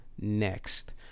next